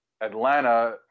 Atlanta